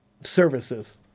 services